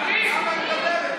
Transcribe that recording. למה היא מדברת?